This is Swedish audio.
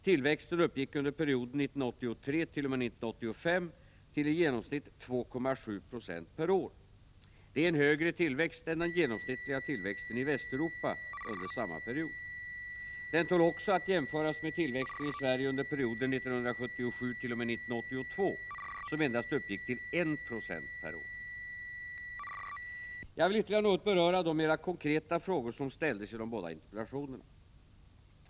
Tillväxten uppgick under perioden 1983-1985 till i genomsnitt 2,7 26 per år. Det är en högre tillväxt än den genomsnittliga tillväxten i Västeuropa under samma period. Den tål också att jämföras med tillväxten i Sverige under perioden 1977-1982, som endast uppgick till 1 96 per år. Jag vill ytterligare något beröra de mera konkreta frågor som ställdes i de båda interpellationerna.